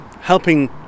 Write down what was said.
helping